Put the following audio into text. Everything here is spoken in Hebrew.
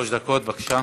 שלוש דקות, בבקשה.